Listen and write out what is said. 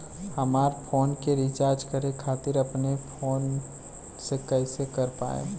हमार फोन के रीचार्ज करे खातिर अपने फोन से कैसे कर पाएम?